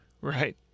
Right